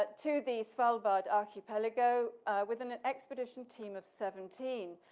but to the svalbard archipelago with an an expedition team of seventeen,